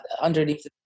underneath